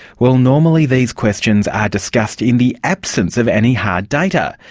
well, normally these questions are discussed in the absence of any hard data.